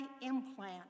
implant